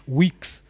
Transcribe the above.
weeks